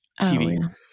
TV